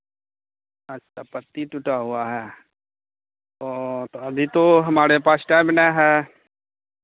अच्छा पट्टी टूटा हुआ है वो तो अभी तो हमारे पास टाइम नहीं है